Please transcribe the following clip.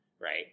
right